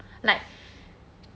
like